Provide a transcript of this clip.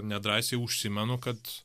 nedrąsiai užsimenu kad